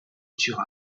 turin